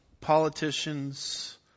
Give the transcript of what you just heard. politicians